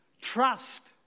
trust